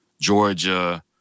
Georgia